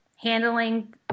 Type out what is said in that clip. handling